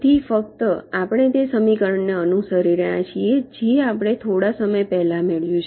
તેથી ફક્ત આપણે તે સમીકરણને અનુસરી રહ્યા છીએ જે આપણે થોડા સમય પહેલાં મેળવ્યું છે